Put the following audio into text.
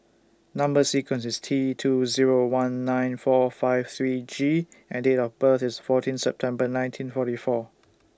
Number sequence IS T two Zero one nine four five three G and Date of birth IS fourteen September nineteen forty four